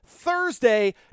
Thursday